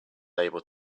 able